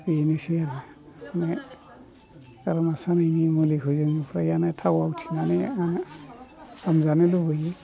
बेनोसै आरो गारमा सानायनि मुलिखौ जों फ्रायानो थाव आवथिनानै हामजानो लुगैयो